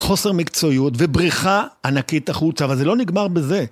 חוסר מקצועיות ובריחה ענקית החוצה, אבל זה לא נגמר בזה.